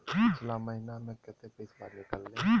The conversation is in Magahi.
पिछला महिना मे कते पैसबा निकले हैं?